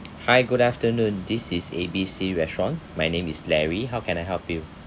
hi good afternoon this is A B C restaurant my name is larry how can I help you